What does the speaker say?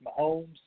Mahomes